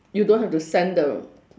you don't have to send the